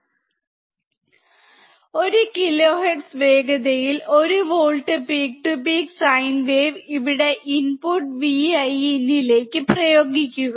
1 kilo hertz വേഗതയിൽ 1 volt peak to peak sine wave ഇവിടെ input Vin ലേക്ക് പ്രയോഗിക്കുക